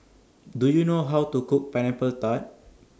Do YOU know How to Cook Pineapple Tart